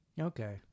Okay